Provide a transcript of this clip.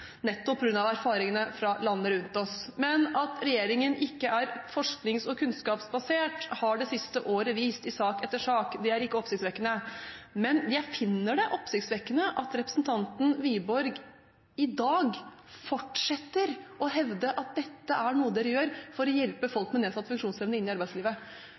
nettopp på grunn av erfaringene fra landene rundt oss. At regjeringen ikke er forsknings- og kunnskapsbasert, har det siste året vist seg i sak etter sak – det er ikke oppsiktsvekkende. Men jeg finner det oppsiktsvekkende at representanten Wiborg i dag fortsetter å hevde at dette er noe man gjør for å hjelpe folk med nedsatt funksjonsevne inn i arbeidslivet.